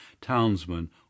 townsman